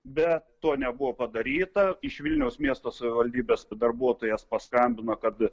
bet to nebuvo padaryta iš vilniaus miesto savivaldybės darbuotojas paskambino kad